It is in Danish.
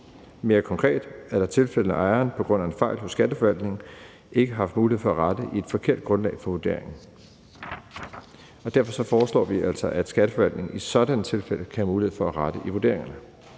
Mere konkret er der tilfælde, hvor ejeren på grund af en fejl hos Skatteforvaltningen ikke har haft mulighed for at rette i et forkert grundlag for vurderingen. Derfor foreslår vi altså, at Skatteforvaltningen i sådanne tilfælde kan have mulighed for at rette i vurderingerne.